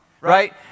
right